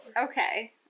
Okay